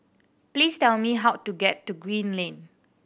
please tell me how to get to Green Lane